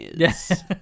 Yes